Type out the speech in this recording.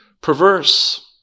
perverse